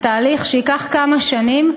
בתהליך שייקח כמה שנים,